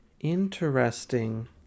interesting